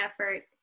effort